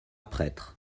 prêtre